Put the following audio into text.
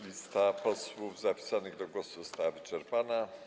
Lista posłów zapisanych do głosu została wyczerpana.